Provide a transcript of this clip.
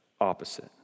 opposite